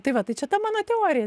tai va tai čia ta mano teorija